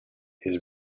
his